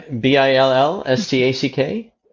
B-I-L-L-S-T-A-C-K